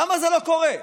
למה זה לא קורה?